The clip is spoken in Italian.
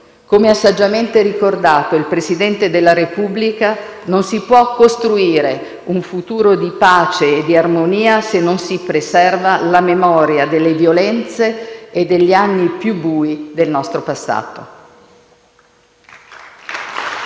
Come ha saggiamente ricordato il Presidente della Repubblica, non si può costruire un futuro di pace e di armonia se non si preserva la memoria delle violenze e degli anni più bui del nostro passato.